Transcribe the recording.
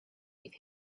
with